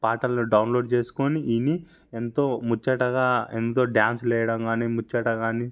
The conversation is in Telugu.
పాటలు డౌన్లోడ్ చేసుకుని విని ఎంతో ముచ్చటగా ఎంతో డ్యాన్సులు వెయ్యడం గానీ ముచ్చట గానీ